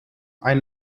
ein